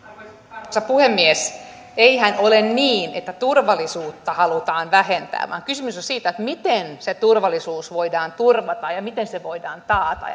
arvoisa puhemies eihän ole niin että turvallisuutta halutaan vähentää vaan kysymys on siitä miten se turvallisuus voidaan turvata ja miten se voidaan taata